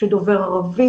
שדובר ערבית,